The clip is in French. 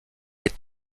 est